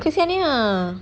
kasihannya